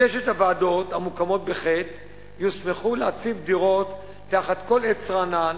שש הוועדות המוקמות בחטא יוסמכו להציב דירות תחת כל עץ רענן,